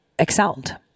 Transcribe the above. excelled